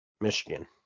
Michigan